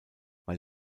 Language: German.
weil